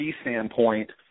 standpoint